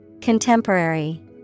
Contemporary